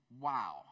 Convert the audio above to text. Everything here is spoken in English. wow